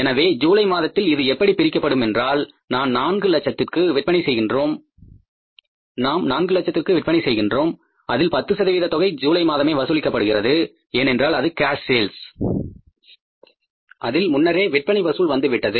எனவே ஜூலை மாதத்தில் இது எப்படி பிரிக்கப்படும் என்றால் நாம் 4 லட்சத்திற்கு விற்பனை செய்கின்றோம் அதில் 10 சதவீத தொகை ஜூலை மாதமே வசூலிக்கப்படுகிறது ஏனென்றால் அது கேஷ் சேல்ஸ் அதில் முன்னரே விற்பனை வசூலில் வந்துவிட்டது